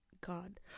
god